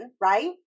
right